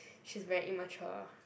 she's very immature